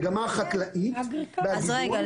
ברמה חקלאית --- רגע,